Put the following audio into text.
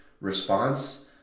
response